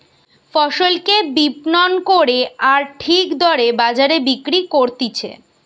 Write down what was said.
ফসলকে বিপণন করে আর ঠিক দরে বাজারে বিক্রি করতিছে